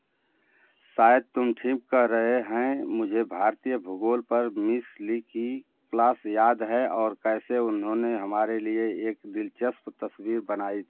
शायद तुम ठीक कह रहे हैं मुझे भारतीय भूगोल पर मिस ली की क्लास याद है और कैसे उन्होंने हमारे लिए एक दिलचस्प तस्वीर बनाई थी